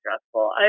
stressful